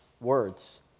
words